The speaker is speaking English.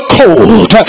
cold